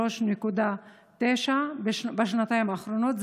ל-53.9% בשנתיים האחרונות.